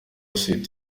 swift